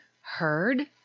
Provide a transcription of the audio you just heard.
heard